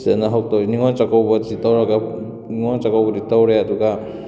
ꯁꯤꯗꯅ ꯍꯧꯖꯤꯛ ꯇꯧꯔꯤꯁꯤ ꯅꯤꯡꯉꯣꯜ ꯆꯥꯛꯀꯧꯕꯁꯤ ꯇꯧꯔꯒ ꯅꯤꯡꯉꯣꯜ ꯆꯥꯛꯀꯧꯕꯗꯤ ꯇꯧꯔꯦ ꯑꯗꯨꯒ